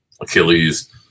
Achilles